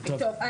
טוב,